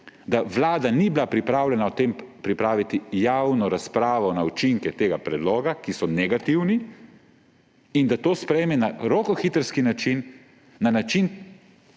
da Vlada ni bila pripravljena o tem pripraviti javne razprave na učinke tega predloga, ki so negativni, in da to sprejme na rokohitrski način, na način,